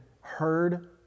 heard